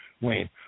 Wayne